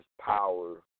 power